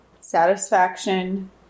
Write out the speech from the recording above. satisfaction